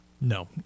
No